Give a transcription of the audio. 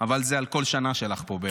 אבל זה על כל שנה שלך פה בערך.